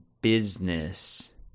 business